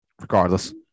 Regardless